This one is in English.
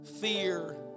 fear